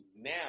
now